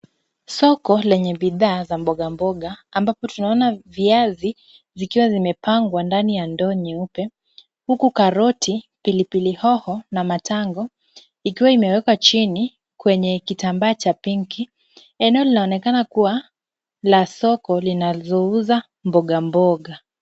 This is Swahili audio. Soko lenye bidhaa za mboga mboga ambapo tunaona viazi zikiwa zimepangwa ndani ya ndoo nyeupe huku karoti, pilipili hoho na matango ikiwa imewekwa chini kwenye kitambaa cha pink .Eneo linaonekana kuwa la soko linalouza mboga mboga.